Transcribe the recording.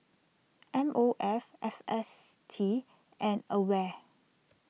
M O F F S T and Aware